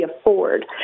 afford